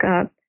up